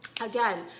again